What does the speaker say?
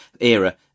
era